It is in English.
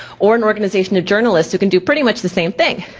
or an organization of journalists who can do pretty much the same thing.